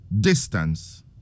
distance